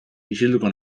isilduko